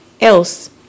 Else